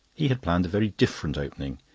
he had planned a very different opening,